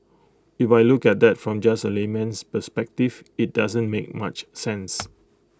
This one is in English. if I look at that from just A layman's A perspective IT doesn't make much sense